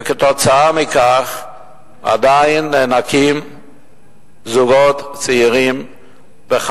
וכתוצאה מכך עדיין זוגות צעירים נאנקים